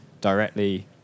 directly